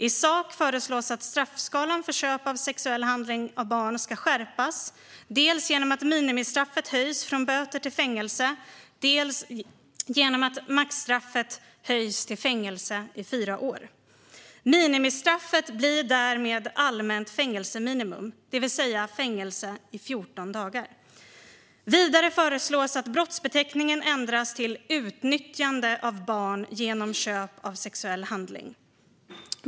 I sak föreslås att straffskalan för köp av sexuell handling av barn ska skärpas, dels genom att minimistraffet skärps från böter till fängelse, dels genom att maxstraffet höjs till fängelse i fyra år. Minimistraffet blir därmed allmänt fängelseminimum, det vill säga fängelse i 14 dagar. Vidare föreslås att brottsbeteckningen ändras till utnyttjande av barn genom köp av sexuell handling.